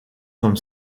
comme